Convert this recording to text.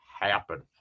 happen